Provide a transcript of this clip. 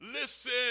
Listen